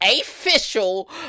official